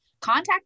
contact